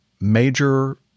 major